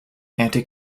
anti